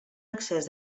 excés